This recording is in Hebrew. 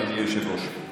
אדוני היושב-ראש,